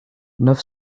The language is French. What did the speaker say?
neuf